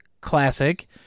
Classic